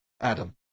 Adam